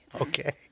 Okay